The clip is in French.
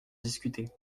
discuter